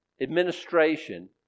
administration